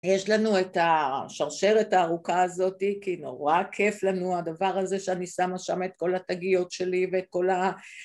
יש לנו את השרשרת הארוכה הזאתי, כי נורא כיף לנו הדבר הזה שאני שמה שמה את כל התגיות שלי ואת כל ה...